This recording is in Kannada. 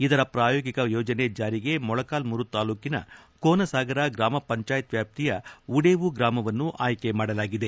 ಇದರ ಪ್ರಾಯೋಗಿಕ ಯೋಜನೆ ಜಾರಿಗೆ ಮೊಳಕಾಲ್ಲೂರು ತಾಲೂಕಿನ ಕೋನಸಾಗರ ಗ್ರಾಮಪಂಚಾಯತ್ ವ್ಯಾಪ್ತಿಯ ಉಡೇವು ಗ್ರಾಮವನ್ನು ಆಯ್ಕೆಮಾಡಲಾಗಿದೆ